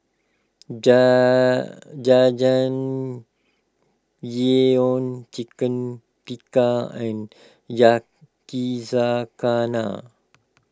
jar Jajangmyeon Chicken Tikka and Yakizakana